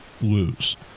lose